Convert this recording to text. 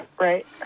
right